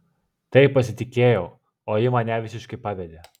taip pasitikėjau o ji mane visiškai pavedė